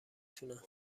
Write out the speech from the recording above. تونم